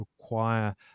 require